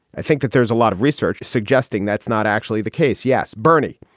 i think that there's a lot of research suggesting that's not actually the case. yes, bernie,